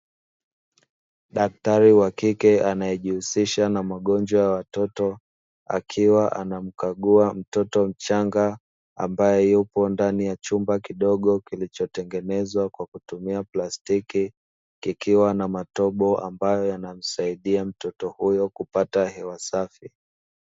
Daktari wa kike anayejihusisha na magonjwa ya watoto akiwa anamkagua mtoto mchanga ambaye yupo ndani ya chumba kidogo, kilichotengenezwa kwa kutumia plastiki kikiwa na matobo ambayo yanamsaidia mtoto huyo kupata hewa safi.